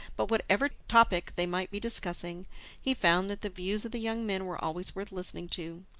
but whatever topic they might be discussing he found that the views of the young men were always worth listening to.